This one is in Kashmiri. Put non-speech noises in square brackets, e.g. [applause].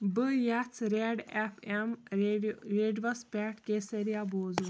بہٕ یژھٕ رٮ۪ڈ اٮ۪ف اٮ۪م ریڈیو ریڈوَس پٮ۪ٹھ کیسریا [unintelligible]